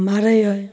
मारैए